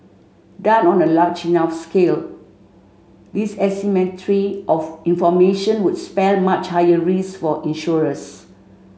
done on a large enough scale this asymmetry of information would spell much higher risk for insurers